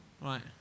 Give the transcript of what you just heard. right